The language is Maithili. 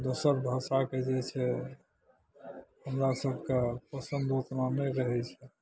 दोसर भाषाके जे छै हमरा सबके पसन्दो कमे रहै छै